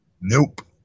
Nope